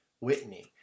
Whitney